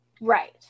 Right